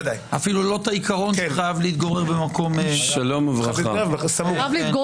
אפילו לא את העיקרון שאתה חייב להתגורר --- רב מתגורר בעיר.